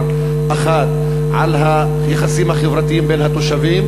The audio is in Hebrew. אחד ועל היחסים החברתיים בין התושבים.